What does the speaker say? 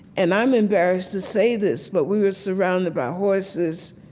and i'm embarrassed to say this, but we were surrounded by horses